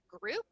group